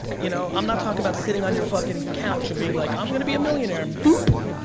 you know i'm not talking about sitting on your fucking couch and being like, i'm gonna be a millionaire. boop!